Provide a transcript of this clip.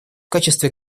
качестве